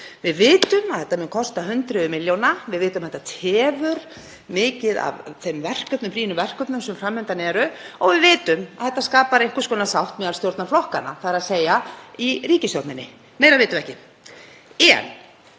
Við vitum að þetta mun kosta hundruð milljóna. Við vitum að þetta tefur mikið af þeim verkefnum, brýnum verkefnum, sem fram undan eru og við vitum að þetta skapar einhvers konar sátt meðal stjórnarflokkanna, þ.e. í ríkisstjórninni. Meira vitum við ekki.